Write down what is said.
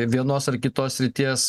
vienos ar kitos srities